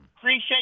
Appreciate